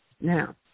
Now